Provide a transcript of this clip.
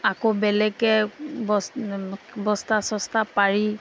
আকৌ বেলেগেকে বস্তা চস্তা পাৰি